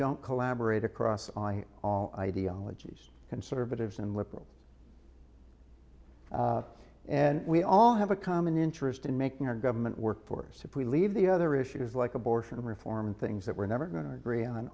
don't collaborate across on all ideologies conservatives and liberals and we all have a common interest in making our government work force if we leave the other issues like abortion reform and things that we're never going to agree on